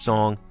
Song